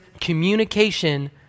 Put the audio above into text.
communication